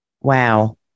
wow